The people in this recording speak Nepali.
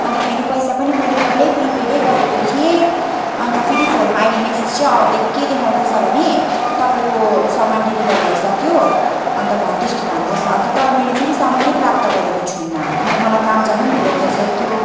अन्त फेरि पैसा पनि मैले पहिल्यै प्रिपेडै गरेको थिएँ अन्त फेरि फोनमा अहिले मेसेज चाहिँ के देखाउँदैछ भने तपाईँको सामान डेलिभर भइसक्यो अन्त भ त्यस्तो भन्दैछ अन्त तर मैले फेरि सामानै प्राप्त गरेको छुइनँ अन्त मलाई काम जानु पनि धीलो भइसकेको थियो